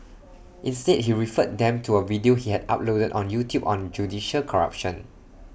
instead he referred them to A video he had uploaded on YouTube on judicial corruption